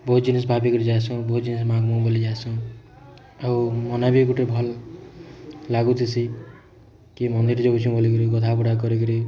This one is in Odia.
ବହୁତ ଜିନିଷ୍ ଭାବି କରି ଯାଏସୁଁ ବହୁତ ଜିନିଷ୍ ମାଙ୍ଗ୍ମୁ ବୋଲି ଯାଏସୁଁ ଆଉ ମନେ ବି ଗୁଟେ ଭଲ୍ ଲାଗୁଥିସି କି ମନ୍ଦିର୍ ଯାଉସୁଁ ବୋଲି କରି ଗଧାବୁଡ଼ା କରିକିରି